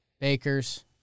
Bakers